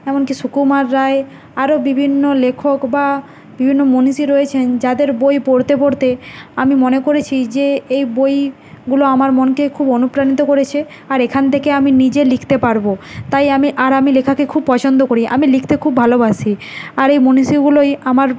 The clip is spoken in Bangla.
এমন কি সুকুমার রায় আরও বিভিন্ন লেখক বা বিভিন্ন মনীষী রয়েছেন যাদের বই পড়তে পড়তে আমি মনে করেছি যে এই বইগুলো আমার মনকে খুব অনুপ্রাণিত করেছে আর এখান থেকে আমি নিজে লিখতে পারবো তাই আমি আর আমি লেখাকে খুব পছন্দ করি আমি লিখতে খুব ভালোবাসি আর এই মনীষীগুলোই আমার